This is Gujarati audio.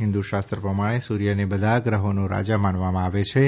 હિન્દુ શાસ્ત્ર પ્રમાણે સૂર્યને બધા ગ્રહોનો રાજા માનવામાં આવે છે